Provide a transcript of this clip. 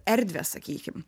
erdvės sakykim